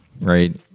right